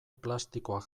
plastikoak